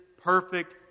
perfect